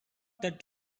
that